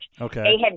Okay